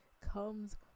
comes